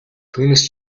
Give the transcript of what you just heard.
түүнээс